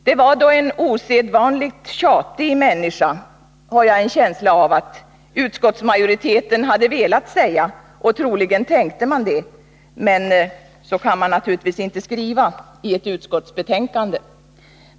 Det var då en osedvanligt tjatig människa, har jag en känsla av att utskottsmajoriteten hade velat säga — och troligen tänkte man det — men så kan man naturligtvis inte skriva i ett utskottsbetänkande.